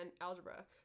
Algebra